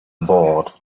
bored